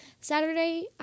Saturday